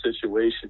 situation